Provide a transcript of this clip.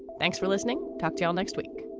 thanks for listening. talk to you next week